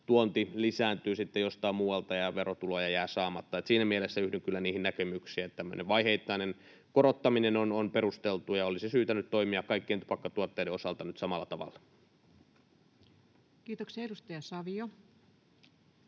tuonti lisääntyy sitten jostain muualta ja verotuloja jää saamatta. Siinä mielessä yhdyn kyllä niihin näkemyksiin, että tämmöinen vaiheittainen korottaminen on perusteltua, ja olisi syytä toimia kaikkien tupakkatuotteiden osalta nyt samalla tavalla. [Speech 189]